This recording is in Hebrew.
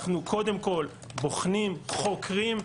אנחנו קודם כל בוחנים, חוקרים,